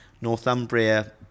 Northumbria